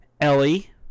Ellie